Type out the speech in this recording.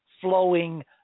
flowing